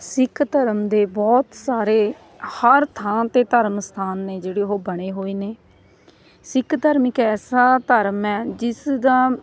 ਸਿੱਖ ਧਰਮ ਦੇ ਬਹੁਤ ਸਾਰੇ ਹਰ ਥਾਂ 'ਤੇ ਧਰਮ ਅਸਥਾਨ ਨੇ ਜਿਹੜੇ ਉਹ ਬਣੇ ਹੋਏ ਨੇ ਸਿੱਖ ਧਰਮ ਇੱਕ ਐਸਾ ਧਰਮ ਹੈ ਜਿਸ ਦਾ